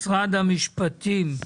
משרד המשפטים.